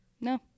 No